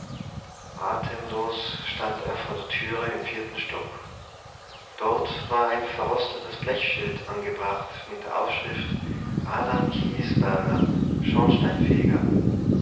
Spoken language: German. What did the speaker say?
atemlos stand er vor der türe im vierten stock dort war ein verrostetes blechschild angebracht mit der aufschrift adam käsberger schornsteinfeger